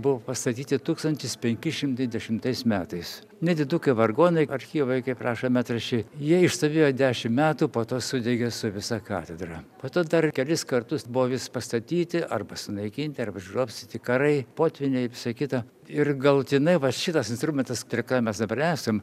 buvo pastatyti tūkstantis penki šimtai dešimtais metais nedidukai vargonai archyvai kaip rašo metraščiai jie išstovėjo dešim metų po to sudegė su visa katedra po to dar kelis kartus buvo pastatyti arba sunaikinti arba išgrobstyti karai potvyniai visa kita ir galutinai vat šitas instrumentas ką mes dabar esam